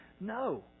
no